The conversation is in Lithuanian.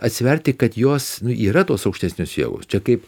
atsiverti kad jos yra tos aukštesnės jėgos čia kaip